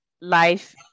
life